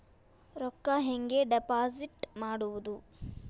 ರೊಕ್ಕ ಹೆಂಗೆ ಡಿಪಾಸಿಟ್ ಮಾಡುವುದು?